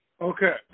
Okay